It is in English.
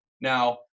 Now